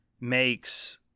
makes